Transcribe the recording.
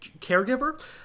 caregiver